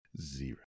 Zero